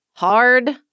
Hard